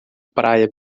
praia